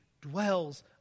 dwells